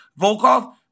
Volkov